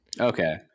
Okay